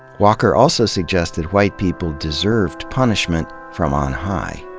walker also suggested white people deserved punishment from on high.